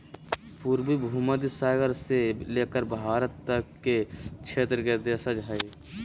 पूर्वी भूमध्य सागर से लेकर भारत तक के क्षेत्र के देशज हइ